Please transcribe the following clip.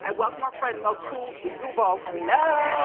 and welcome our friend mokou zuvo. hello.